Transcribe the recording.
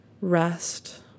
Rest